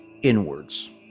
inwards